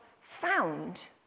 found